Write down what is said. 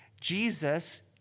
Jesus